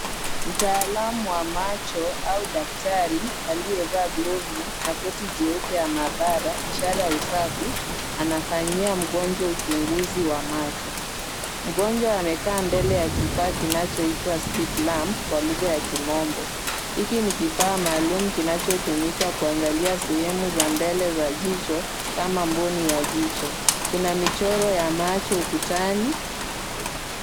Mtaalamu wa macho au daktari aliyevaa glovu na koti jeupe ya mabara ishara ya usafi anafanyia mgonjwa uchunguzi wa macho. Mgonjwa amekaa mbele ya kifaa kinachoitwa slit lamp kwa lugha ya kimombo. Hiki ni kifaa maalum kinachotumika kuangalia sehemu za mbele za jicho kama mboni ya jicho. Kuna michoro ya macho ukutani,